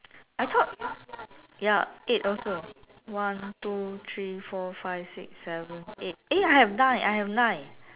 I thought ya eight also one two three four five six seven eight eh I have nine I have nine